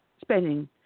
spending